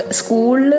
school